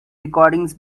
recordings